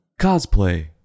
cosplay